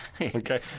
Okay